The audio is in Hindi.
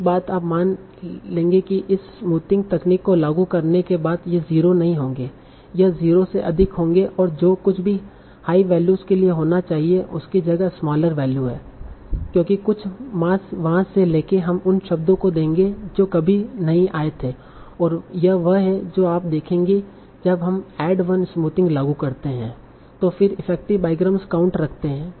एक बात आप मान लेंगे कि इस स्मूथिंग तकनीक को लागू करने के बाद ये 0 नहीं होंगे यह 0 से अधिक होंगे और जो कुछ भी हाई वैल्यू के लिए होना चाहिए उसकी जगह स्मॉलर वैल्यू है क्योंकि कुछ मास वहां से लेके हम उन शब्दों को देंगे जो कभी नहीं आये थे और यह वह है जो आप देखेंगे जब हम ऐड वन स्मूथिंग लागू करते है तों फिर इफेक्टिव बाईग्राम काउंट्स रखते है